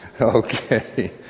Okay